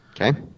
Okay